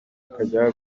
ukajya